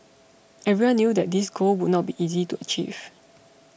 everyone knew that this goal would not be easy to achieve